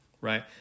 right